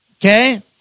okay